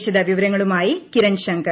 വിശദവിവരങ്ങളുമായി കിരൺ ശങ്കർ